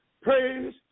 praise